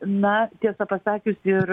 na tiesą pasakius ir